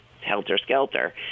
helter-skelter